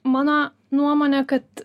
mano nuomone kad